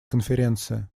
конференция